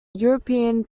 european